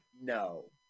No